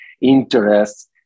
interests